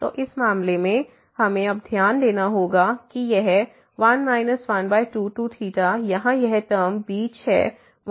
तो इस मामले में हमें अब ध्यान देना होगा कि यह 1 122θ यहां यह टर्म बीच है 12 और 1 के